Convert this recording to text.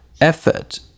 effort